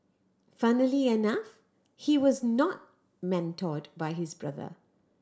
funnily enough he was not mentored by his brother